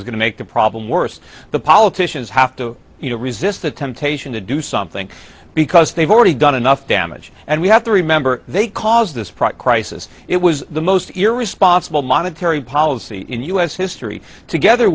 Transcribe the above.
is going to make the problem worse the politicians have to you know resist the temptation to do something because they've already done enough damage and we have to remember they caused this product crisis it was the most irresponsible monetary policy in u s history together